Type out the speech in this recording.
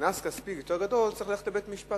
קנס כספי גדול יותר, צריך ללכת לבית-משפט.